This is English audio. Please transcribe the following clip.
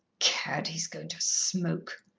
cad! he's going to smoke,